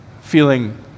feeling